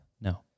No